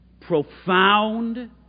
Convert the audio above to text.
profound